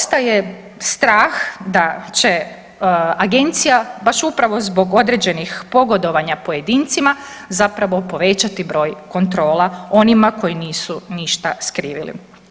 Ostaje strah da će agencija baš upravo zbog određenih pogodovanja pojedincima zapravo povećati broj kontrola onima koji nisu ništa skrivili.